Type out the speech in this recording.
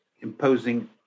imposing